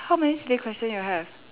how many silly question you have